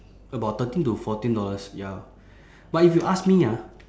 about thirteen to fourteen dollars ya but if you ask me ah